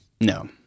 no